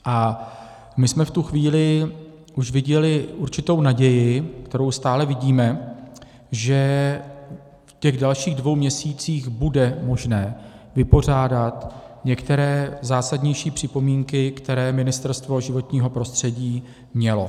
A v tu chvíli jsme už viděli určitou naději, kterou stále vidíme, že v těch dalších dvou měsících bude možné vypořádat některé zásadnější připomínky, které Ministerstvo životního prostředí mělo.